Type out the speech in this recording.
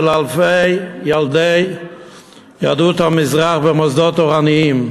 אלפי ילדי יהדות המזרח במוסדות תורניים.